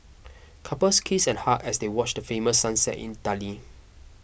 couples kissed and hugged as they watch the famous sunset in Italy